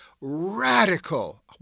radical